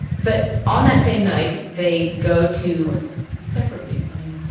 but on that same night they go to or separately i mean.